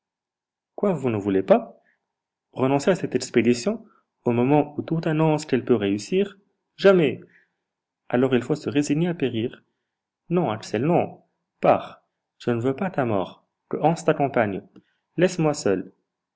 quoi vous ne voulez pas renoncer à cette expédition au moment où tout annonce qu'elle peut réussir jamais alors il faut se résigner à périr non axel non pars je ne veux pas ta mort que hans t'accompagne laisse-moi seul